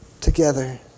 together